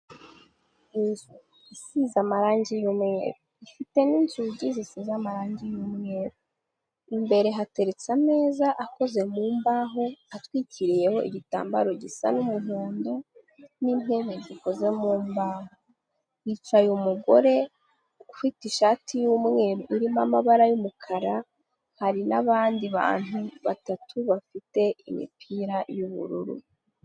Inzu isize amarangi y'umweru, ifite n'inzugi zisize amarangi y'umweru, imbere hateretse ameza akoze mu mbaho atwikiriyeho igitambaro gisa n'umuhondo, n'intebe zikoze mu mbaho, hicaye umugore ufite ishati y'umweru irimo amabara y'umukara hari n'abandi bantu batatu bafite imipira y'ubururu.